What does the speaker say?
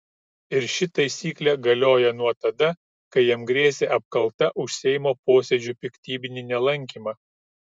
ir ši taisyklė galioja nuo tada kai jam grėsė apkalta už seimo posėdžių piktybinį nelankymą